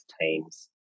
teams